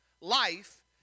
life